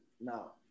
now